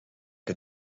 que